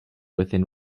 within